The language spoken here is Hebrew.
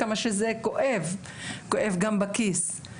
כמה שזה כואב וכואב גם בכיס,